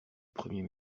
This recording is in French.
premier